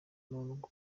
umuntu